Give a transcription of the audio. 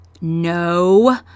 no